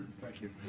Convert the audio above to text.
thank you.